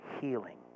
healing